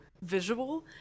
visual